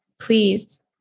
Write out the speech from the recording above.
please